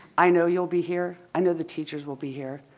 i know you'll be here. i know the teachers will be here.